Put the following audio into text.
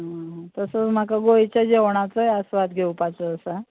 तसोच म्हाका गोंयच्या जेवणाचोय आस्वाद घेवपाचो आसा